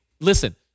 Listen